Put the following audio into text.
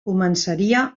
començaria